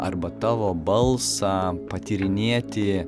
arba tavo balsą patyrinėti